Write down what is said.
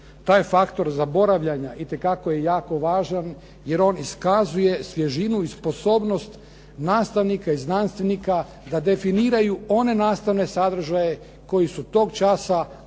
Taj faktor zaboravljanja itekako je jako važan jer on iskazuje svježinu i sposobnost nastavnika i znanstvenika da definiraju one nastavne sadržaje koji su tog časa aktualni,